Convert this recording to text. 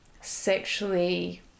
sexually